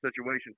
situation